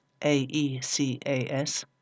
AECAS